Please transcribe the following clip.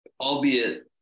Albeit